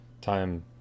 time